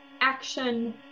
Action